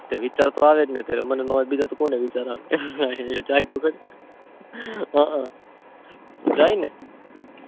તે વિચાર તો આવે જ ને તેરે મને નો આવે તો બીજા તો કોને વિચાર આવે એયા જાય તો ખરી હઅ તો જઈએને